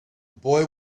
boy